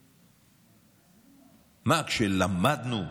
מה, כשלמדנו,